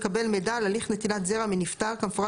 לקבל מידע על הליך נטילת זרע מנפטר כמפורט